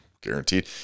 Guaranteed